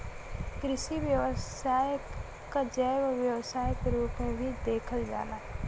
कृषि व्यवसाय क जैव व्यवसाय के रूप में भी देखल जाला